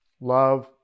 Love